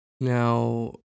Now